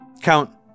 Count